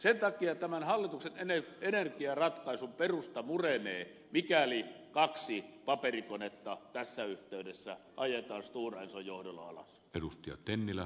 sen takia tämän hallituksen energiaratkaisun perusta murenee mikäli kaksi paperikonetta tässä yhteydessä ajetaan stora enson johdolla alas